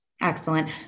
Excellent